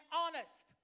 honest